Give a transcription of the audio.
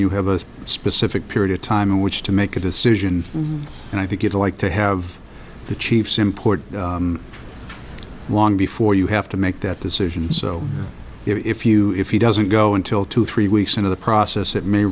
you have a specific period of time in which to make a decision and i think you'd like to have the chiefs import long before you have to make that decision so if you if he doesn't go until two three weeks into the process it may